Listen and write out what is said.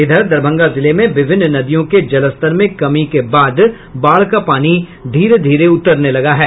इधर दरभंगा जिले में विभिन्न नदियों के जलस्तर में कमी के बाद बाढ़ का पानी धीरे धीरे उतरने लगा है